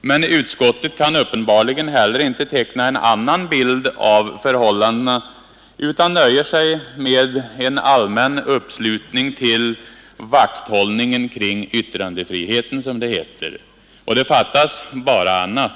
men utskottet kan uppenbarligen heller inte teckna en annan bild av förhållandena utan nöjer sig med en allmän uppslutning till ”vakthållning kring yttrandefriheten”, som det heter. Det fattas bara annat!